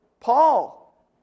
Paul